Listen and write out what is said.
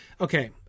Okay